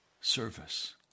service